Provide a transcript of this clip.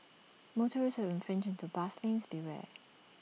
motorists who infringe into bus lanes beware